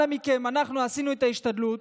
אנא מכם, אנחנו עשינו את ההשתדלות,